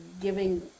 giving